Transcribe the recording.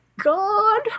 god